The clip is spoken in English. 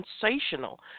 sensational